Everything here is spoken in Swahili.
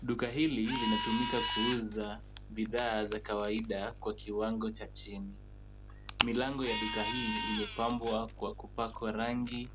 Duka hili linatumika kuuza bidhaa za kawaida kwa kiwango cha chini. Milango ya duka hili imepambwa kwa kupakwa rangi